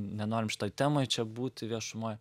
nenorim šitoj temoj čia būti viešumoj